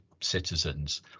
citizens